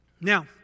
Now